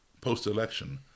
post-election